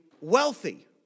wealthy